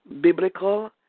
biblical